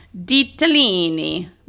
Ditalini